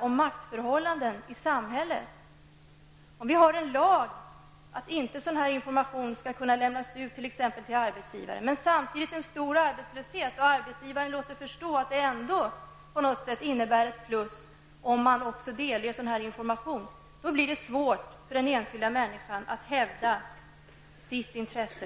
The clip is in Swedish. om maktförhållanden i samhället. Även om vi har lag på att sådan här information inte skall kunna lämnas ut till t.ex. arbetsgivare men samtidigt har en hög arbetslöshet och arbetsgivaren låter förstå att det ändå innebär ett plus att man också delger sådan information, blir det svårt för den enskilda människan att hävda sitt intresse.